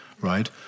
right